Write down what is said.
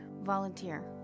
Volunteer